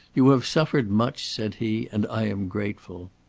you have suffered much, said he, and i am grateful.